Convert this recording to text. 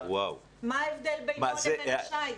מה ההבדל בינו לבין השייט?